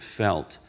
felt